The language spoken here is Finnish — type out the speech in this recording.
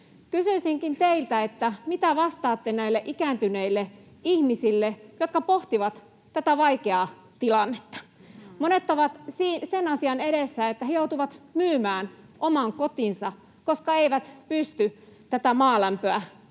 Kysyisinkin teiltä: mitä vastaatte näille ikääntyneille ihmisille, jotka pohtivat tätä vaikeaa tilannetta? Monet ovat sen asian edessä, että he joutuvat myymään oman kotinsa, koska eivät pysty tätä maalämpöä laittamaan.